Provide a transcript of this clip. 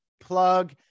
plug